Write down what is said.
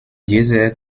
dieser